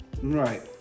Right